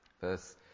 Verse